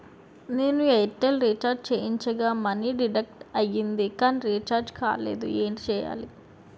నేను Airtel recharge చేయించగా money deduct అయ్యింది కానీ రీఛార్జ్ కాలేదు ఏంటి చేయాలి?